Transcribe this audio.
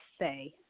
say